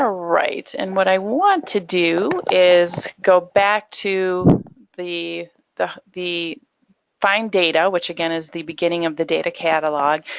ah right, and what i want to do is go back to the the find data, which again is the beginning of the data catalog,